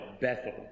Bethel